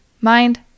Mind